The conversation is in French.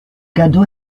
cadeau